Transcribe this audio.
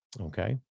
Okay